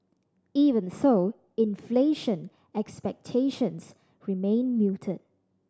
even so inflation expectations remain muted